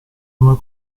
una